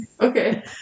Okay